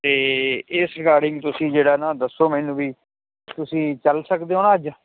ਤੇ ਇਸ ਰਿਗਾਡਿੰਗ ਜੋ ਸੀ ਜਿਹੜਾ ਨਾ ਦੱਸੋ ਮੈਨੂੰ ਵੀ ਤੁਸੀਂ ਚੱਲ ਸਕਦੇ ਓ ਨਾ ਅੱਜ